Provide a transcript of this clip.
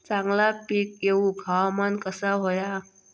चांगला पीक येऊक हवामान कसा होया?